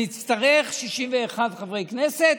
נצטרך 61 חברי כנסת,